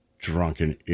Drunken